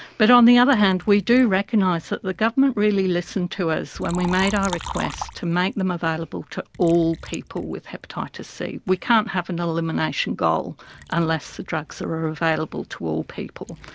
but on the other hand we do recognise that the government really listened to us when we made our request to make them available to all people with hepatitis c. we can't have an elimination goal unless the drugs are available to all people.